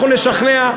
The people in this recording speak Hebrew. אנחנו נשכנע,